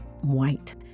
white